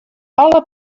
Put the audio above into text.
alle